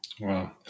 Wow